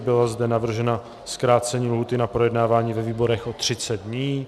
Bylo zde navrženo zkrácení lhůty na projednávání ve výborech o třicet dní.